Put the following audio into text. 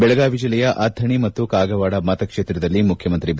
ಬೆಳಗಾವಿ ಜಿಲ್ಲೆಯ ಅಥಣಿ ಮತ್ತು ಕಾವಗಾಡ ಮತಕ್ಷೇತ್ರದಲ್ಲಿ ಮುಖ್ಯಮಂತ್ರಿ ಬಿ